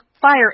fire